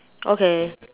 okay